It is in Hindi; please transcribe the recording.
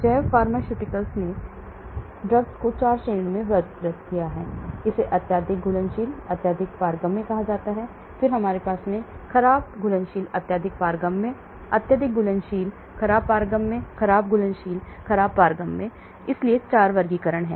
जैव फार्मास्युटिकल ने ड्रग्स को 4 श्रेणियों में वर्गीकृत किया है इसे अत्यधिक घुलनशील अत्यधिक पारगम्य कहा जाता है फिर हमारे पास खराब घुलनशील अत्यधिक पारगम्य अत्यधिक घुलनशील खराब पारगम्य खराब घुलनशील खराब पारगम्य इसलिए 4 वर्गीकरण हैं